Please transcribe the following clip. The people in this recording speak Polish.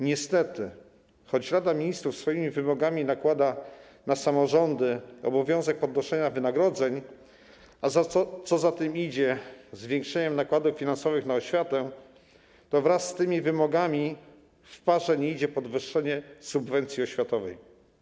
Niestety, choć Rada Ministrów nakłada na samorządy obowiązek podnoszenia wynagrodzeń, a co za tym idzie, zwiększenia nakładów finansowych na oświatę, to wraz z tymi wymogami w parze nie idzie podwyższenie subwencji oświatowej.